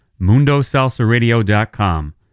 MundoSalsaRadio.com